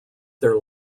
their